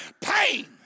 pain